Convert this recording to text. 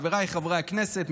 חבריי חברי הכנסת,